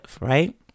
Right